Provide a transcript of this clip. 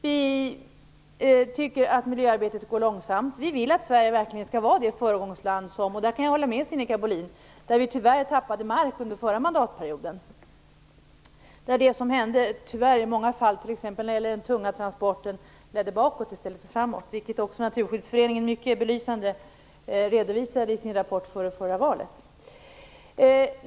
Vi tycker att miljöarbetet går långsamt och vill att Sverige verkligen skall vara ett föregångsland. Jag kan hålla med Sinikka Bohlin om att Sverige tyvärr tappade mark i det avseendet under den förra mandatperioden. I många fall ledde arbetet, t.ex. när det gällde tunga transporter, bakåt i stället för framåt. Detta redovisades mycket belysande av Naturskyddsföreningen i deras rapport före förra valet.